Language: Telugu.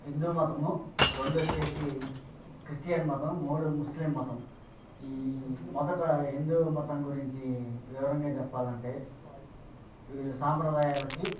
హిందూ మతము రెండు వచ్చి క్రిస్టియన్ మతం మూడు ముస్లిం మతం ఈ మొదట హిందూమతం గురించి వివరంగా చెప్పాలంటే వీళ్ళు సాంప్రదాయాలకి